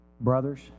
brothers